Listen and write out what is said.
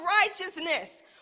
righteousness